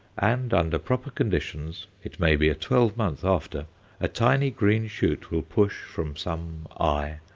and under proper conditions it may be a twelvemonth after a tiny green shoot will push from some eye,